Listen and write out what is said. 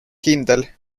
kindel